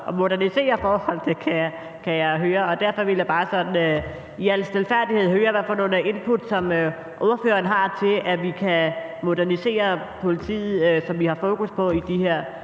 at modernisere forholdene, kan jeg høre. Og derfor vil jeg bare sådan i al stilfærdighed høre, hvad for nogle input ordføreren har til, at vi kan modernisere politiet, sådan som vi har fokus på det i de her